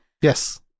yes